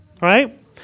Right